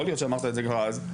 יכול להיות שאמרת את זה כבר אז.